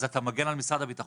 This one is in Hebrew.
אז אתה מגן כאן על משרד הביטחון